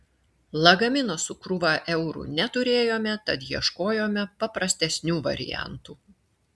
lagamino su krūva eurų neturėjome tad ieškojome paprastesnių variantų